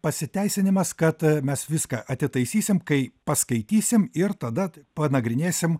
pasiteisinimas kad mes viską atitaisysim kai paskaitysim ir tada panagrinėsim